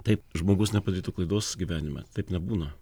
taip žmogus nepadarytų klaidos gyvenime taip nebūna